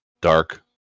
Dark